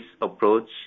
approach